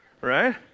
right